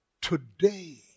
today